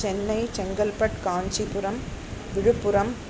Chennai Chengalpattu Kanchipuram Villupuram